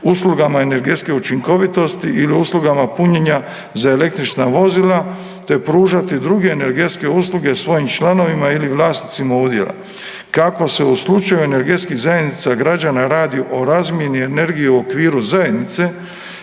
uslugama energetske učinkovitosti ili uslugama punjenja za električna vozila, te pružati druge energetske usluge svojim članovima ili vlasnicima udjela. Kako se u slučaju energetskih zajednica građana radi o razmjeni energije u okviru zajednice